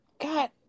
God